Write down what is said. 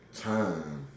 Time